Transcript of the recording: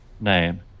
name